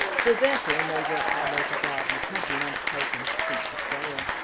so therefore no work by local gardeners had been undertaken since the sale.